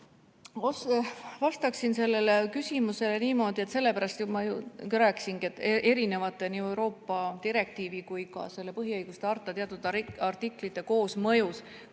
Vastaksin sellele küsimusele niimoodi: sellepärast ma rääkisingi, et Euroopa direktiivi ja ka selle põhiõiguste harta teatud artiklite koosmõjus